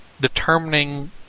determining